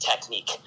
technique